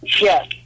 yes